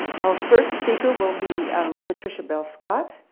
our first speaker will be patricia bell-scott.